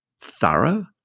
thorough